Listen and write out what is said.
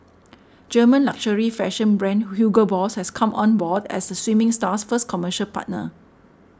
German luxury fashion brand Hugo Boss has come on board as the swimming star's first commercial partner